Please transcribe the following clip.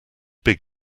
big